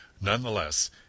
Nonetheless